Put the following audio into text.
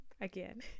again